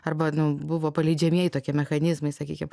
arba nu buvo paleidžiamieji tokie mechanizmai sakykim